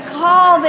call